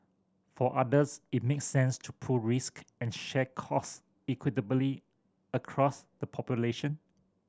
for others it makes sense to pool risk and share cost equitably across the population